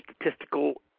statistical